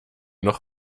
noch